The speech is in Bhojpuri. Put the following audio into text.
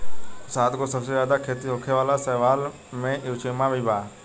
सातगो सबसे ज्यादा खेती होखे वाला शैवाल में युचेमा भी बा